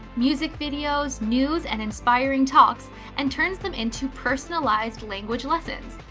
music videos, news and inspiring talks and turns them into personalized language lessons.